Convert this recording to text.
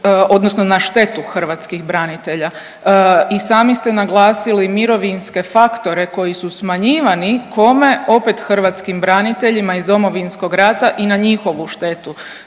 odnosno na štetu hrvatskih branitelja i sami ste naglasili mirovinske faktore koji su smanjivani, kome, opet hrvatskim braniteljima iz Domovinskog rata i na njihovu štetu.